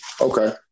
Okay